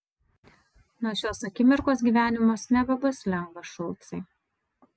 nuo šios akimirkos gyvenimas nebebus lengvas šulcai